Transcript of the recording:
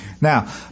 Now